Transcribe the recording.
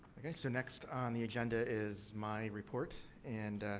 so, next on the agenda is my report. and,